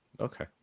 Okay